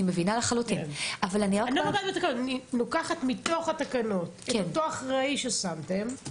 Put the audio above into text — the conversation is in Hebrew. אני לוקחת מתוך התקנות את אותו אחראי ששמתם,